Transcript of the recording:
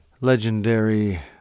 Legendary